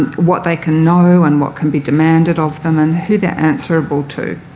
what they can know and what can be demanded of them, and who they're answerable to.